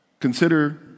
consider